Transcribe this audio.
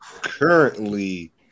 currently